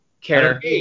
care